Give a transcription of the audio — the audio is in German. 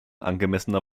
angemessener